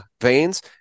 veins